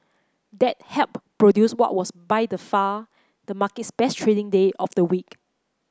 that helped produce what was by the far the market's best trading day of the week